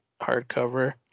hardcover